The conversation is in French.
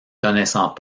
connaissant